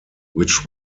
which